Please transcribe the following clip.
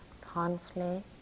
conflict